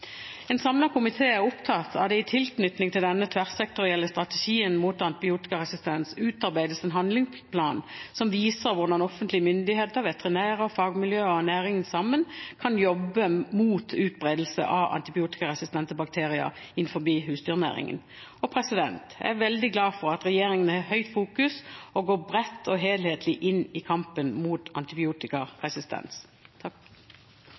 En samlet komité er opptatt av at det i tilknytning til den tverrsektorielle strategien mot antibiotikaresistens utarbeides en handlingsplan som viser hvordan offentlige myndigheter, veterinærer, fagmiljøer og næringen sammen kan jobbe mot utbredelse av antibiotikaresistente bakterier innenfor husdyrnæringen. Jeg er veldig glad for at regjeringen har høyt fokus på og går bredt og helhetlig inn i kampen mot antibiotikaresistens.